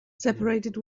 separated